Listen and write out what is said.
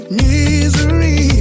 misery